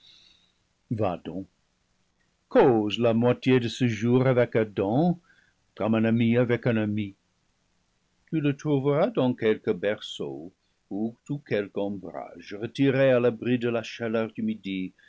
donc cause la moitié de ce jour avec adam comme un ami avec un ami tu le trouveras dans quelque berceau ou sous quelque ombrage retiré à l'abri de la chaleur du midi